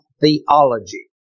theology